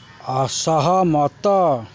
ଅସହମତ